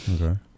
okay